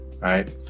right